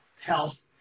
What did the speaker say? Health